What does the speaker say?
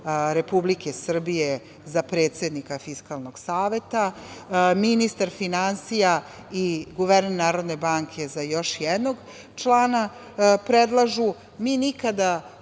Republike Srbije za predsednika Fiskalnog saveta, ministar finansija i guverner Narodne banke predlažu još jednog člana. Mi nikada